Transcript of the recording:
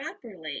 properly